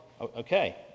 Okay